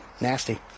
nasty